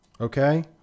Okay